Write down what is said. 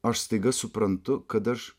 aš staiga suprantu kad aš